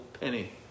penny